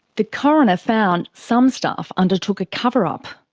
the coroner found some staff undertook a cover-up.